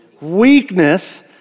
Weakness